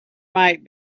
might